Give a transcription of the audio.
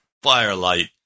firelight